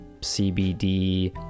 CBD